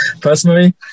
personally